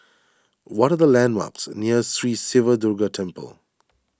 what are the landmarks near Sri Siva Durga Temple